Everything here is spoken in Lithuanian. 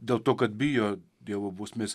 dėl to kad bijo dievo bausmės